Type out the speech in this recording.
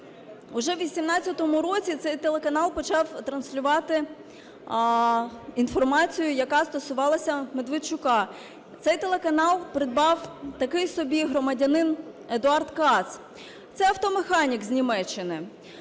уже в 18-му році цей телеканал почав транслювати інформацію, яка стосувалася Медведчука. Цей телеканал придбав такий собі громадянин Едуард Кац, це автомеханік з Німеччини,